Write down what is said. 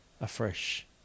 afresh